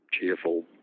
cheerful